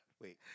wait